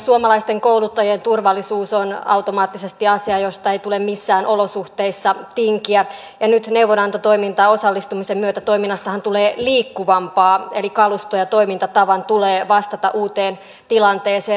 suomalaisten kouluttajien turvallisuus on automaattisesti asia josta ei tule missään olosuhteissa tinkiä ja nyt neuvonantotoimintaan osallistumisen myötähän toiminnasta tulee liikkuvampaa eli kaluston ja toimintatavan tulee vastata uuteen tilanteeseen